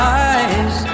eyes